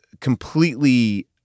completely